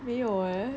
没有 leh